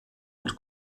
und